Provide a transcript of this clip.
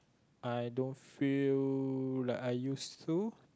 I don't feel like I used to